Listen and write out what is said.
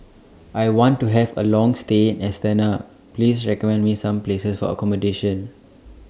I want to Have A Long stay in Astana Please recommend Me Some Places For accommodation